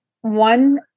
One